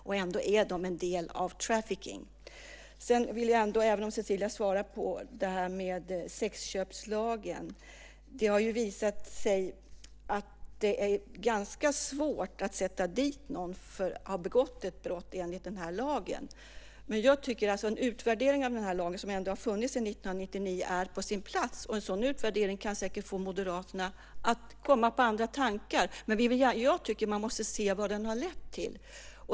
Ändå är alla dessa en del av trafficking . Jag vill tillägga något om sexköpslagen, även om Cecilia tog upp det också. Det har visat sig att det är ganska svårt att sätta dit någon för att ha begått ett brott mot den lagen. Jag tycker att en utvärdering av lagen, som ändå har funnits sedan 1999, är på sin plats. En sådan utvärdering kan säkert få Moderaterna att komma på andra tankar. Men jag tycker att man måste se vad den har lett till.